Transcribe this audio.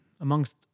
amongst